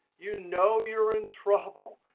you know you're in trouble.